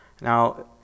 now